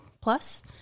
plus